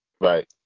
Right